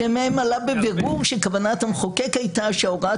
שמהם עלה בבירור שכוונת המחוקק הייתה שההוראה